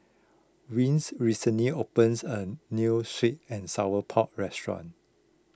Wing recently opened a New Sweet and Sour Pork restaurant